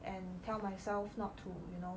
and tell myself not to you know